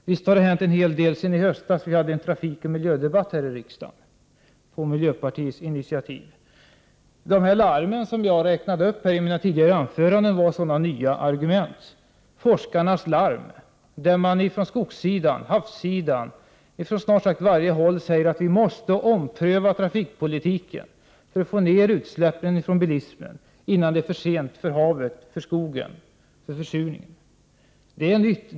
Visst har det hänt en hel del sedan i höstas, då vi på miljöpartiets initiativ hade en trafikoch miljödebatt här i riksdagen. De larm som jag räknade upp i mina tidigare inlägg var nya argument. Forskarnas larm gör att man från skogssidan, havssidan och ifrån snart sagt alla håll säger att vi måste ompröva trafikpolitiken för att minska utsläppen från bilismen, innan det är för sent för havet och skogen och innan försurningen blivit för omfattande.